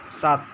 सात